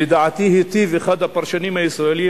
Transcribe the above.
שלדעתי היטיב אחד הפרשנים הישראלים,